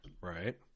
Right